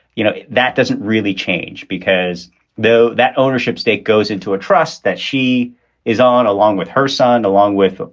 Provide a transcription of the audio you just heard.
you know, that doesn't really change because though that ownership stake goes into a trust that she is on along with her son, along with,